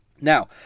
Now